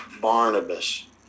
Barnabas